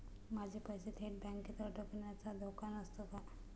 माझे पैसे थेट बँकेत अडकण्याचा धोका नसतो का?